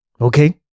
Okay